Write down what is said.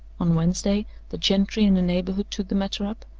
on wednesday, the gentry in the neighborhood took the matter up,